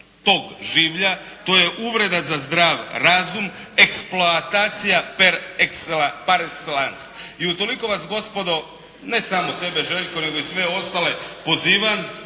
tog življa, to je uvreda za zdrav razum, eksploatacija par exellance. I utoliko vas gospodo ne samo tebe Željko, nego i sve ostale pozivam,